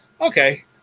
Okay